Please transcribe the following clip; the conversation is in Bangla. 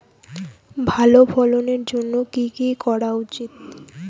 ভালো ফলনের জন্য কি কি করা উচিৎ?